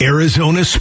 Arizona